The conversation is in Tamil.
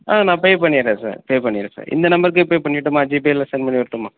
ஆ நான் பே பண்ணிட்றேன் சார் பே பண்ணிவிட்றேன் சார் இந்த நம்பர்க்கே பே பண்ணிறட்டுமா ஜிபேவில சென்ட் பண்ணிறட்டுமா